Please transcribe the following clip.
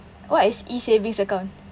what is E-savings account